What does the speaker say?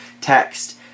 text